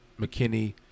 McKinney